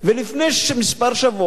לפני כמה שבועות כאן,